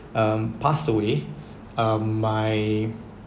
um passed away um my